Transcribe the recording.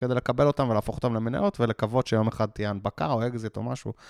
כדי לקבל אותם ולהפוך אותם למנהלות, ולקוות שיום אחד תהיה הנפקה או אקזיט או משהו.